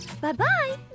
Bye-bye